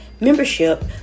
membership